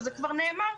וזה כבר נאמר,